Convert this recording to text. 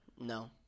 No